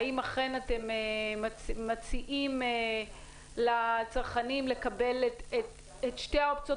האם אכן אתם מציעים לצרכנים לקבל את שתי האופציות?